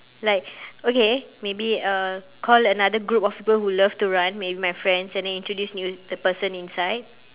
like okay maybe uh call another group of people who love to run maybe my friends and then introduce new the person instead